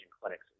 clinics